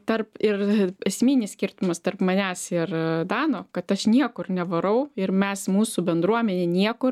tarp ir esminis skirtumas tarp manęs ir dano kad aš niekur nevarau ir mes mūsų bendruomenė niekur